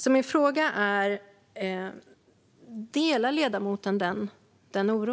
Min fråga är: Delar ledamoten denna oro?